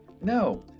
no